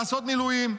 לעשות מילואים,